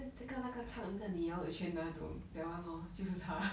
那个那个唱那个你要一全那种 that [one] lor 就是他